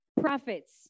profits